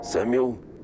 Samuel